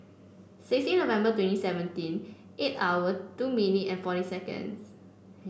sixteen November twenty seventeen eight hour two minute and forty seconds